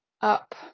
up